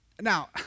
Now